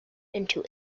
into